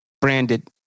branded